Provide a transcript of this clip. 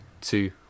two